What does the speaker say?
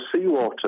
seawater